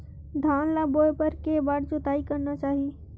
धान ल बोए बर के बार जोताई करना चाही?